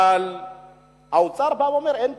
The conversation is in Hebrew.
אבל האוצר בא ואומר: אין כסף.